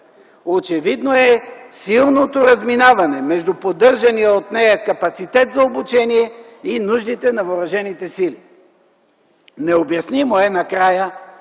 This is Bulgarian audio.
Очевидно е силното разминаване между поддържания от нея капацитет за обучение и нуждите на Въоръжените сили. Необяснимо е защо